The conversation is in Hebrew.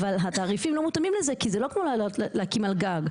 אבל התעריפים לא מותאמים לזה כי זה לא כמו להקים על גג.